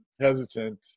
hesitant